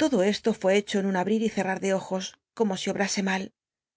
todo esto fué hecho en un abrir y ccrrat de ojos como si obrasc mal